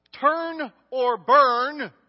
turn-or-burn